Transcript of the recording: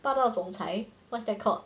霸道总裁 what's that called